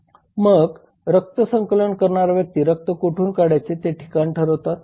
मग रक्त संकलन करणारा व्यक्ती रक्त कुठून काढायचे ते ठिकाण ठरवतात